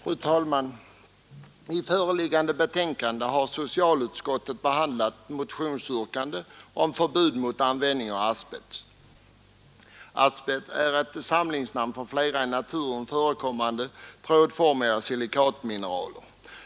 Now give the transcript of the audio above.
Fru talman! I föreliggande betänkande har socialutskottet behandlat motionsyrkande om förbud mot användning av asbest. Asbest är ett samlingsnamn för flera i naturen förekommande trådformiga silikatmineral.